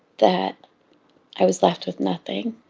that i was left with nothing.